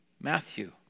Matthew